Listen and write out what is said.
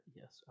yes